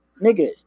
nigga